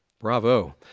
Bravo